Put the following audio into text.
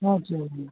हजुर